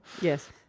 Yes